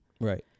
Right